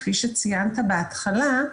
כפי שציינת בהתחלה,